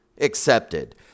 accepted